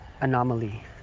anomaly